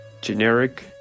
generic